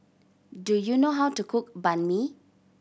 do you know how to cook Banh Mi